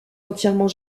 entièrement